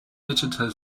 digital